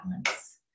balance